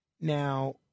Now